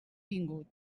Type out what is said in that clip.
vingut